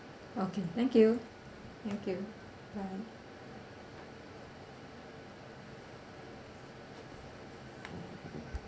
okay thank you thank you bye